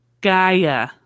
Gaia